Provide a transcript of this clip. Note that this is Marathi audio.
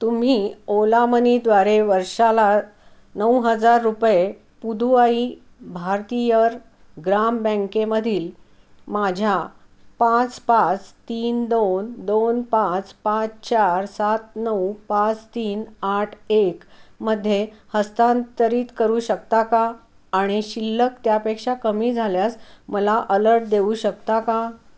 तुम्ही ओला मनीद्वारे वर्षाला नऊ हजार रुपये पुदुवाई भारतियर ग्राम बँकेमधील माझ्या पाच पाच तीन दोन दोन पाच पाच चार सात नऊ पाच तीन आठ एक मध्ये हस्तांतरित करू शकता का आणि शिल्लक त्यापेक्षा कमी झाल्यास मला अलर्ट देऊ शकता का